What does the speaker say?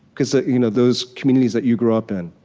because ah you know those communities that you grew up in,